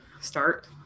start